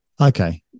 okay